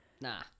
Nah